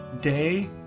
day